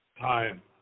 time